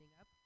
up